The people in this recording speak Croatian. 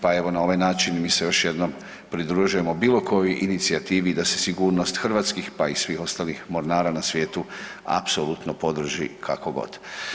Pa evo na ovaj način mi se još jednom pridružujemo bilo kojoj inicijativi da se sigurnost hrvatskih, pa i svih ostalih mornara na svijetu apsolutno podrži kako god.